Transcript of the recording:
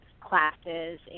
classes